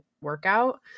workout